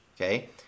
okay